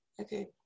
Okay